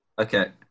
Okay